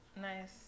Nice